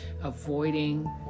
avoiding